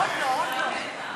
עוד לא, עוד לא, עוד לא.